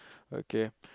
okay